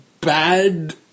bad